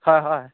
হয় হয়